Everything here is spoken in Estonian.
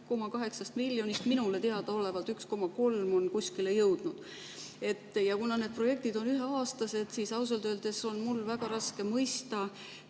42,8 miljonist on minule teadaolevalt 1,3 miljonit kuskile jõudnud. Kuna need projektid on üheaastased, siis ausalt öeldes on mul väga raske mõista,